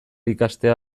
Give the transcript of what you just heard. ikastea